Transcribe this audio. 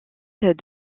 est